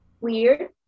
weird